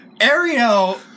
Ariel